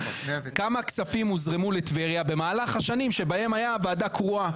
כמה כספים הוזרמו לטבריה במהלך השנים שבהן הייתה ועדה קרואה.